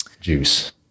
juice